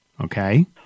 Okay